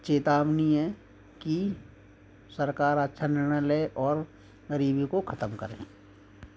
चेतावनी हैं कि सरकार अच्छा निर्णय ले और गरीबी को खत्म करे